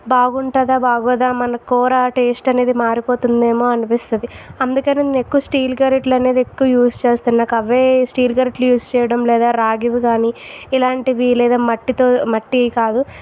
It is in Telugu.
బాగుంటుందా బాగోదా మన కూర టేస్ట్ అనేది మారిపోతుతుందేమో అనిపిస్తుంది అందుకే నేను ఎక్కువ స్టీల్ గరిటలు అనేది ఎక్కువ యూజ్ చేస్తాను నాకు అవే స్టీల్ గరిటలు యూజ్ చేయడం లేదా రాగివి కానీ ఇలాంటివి లేదా మట్టితో మట్టి కాదు